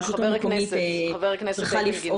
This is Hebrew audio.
הרשות המקומית צריכה לפעול